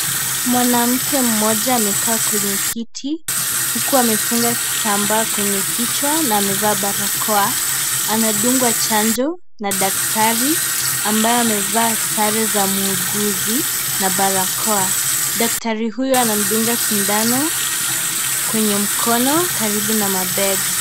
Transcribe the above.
Mwanamke mmoja amekaa kwenye kiti huku amefunga kitambaa kwenye kichwa na amevaa barakoa, anadungwa chanjo na daktari ambaye amevaa zare za muuguzi na barakoa, daktari huyo anamdunga sindano kwenye mkono karibu na mabega.